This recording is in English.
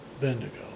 Bendigo